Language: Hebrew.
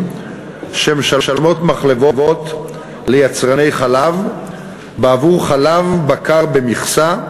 שמשלמות מחלבות ליצרני חלב בעבור חלב בקר במכסה,